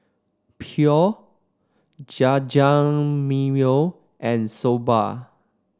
Pho Jajangmyeon and Soba